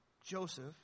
Joseph